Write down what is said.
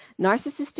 Narcissistic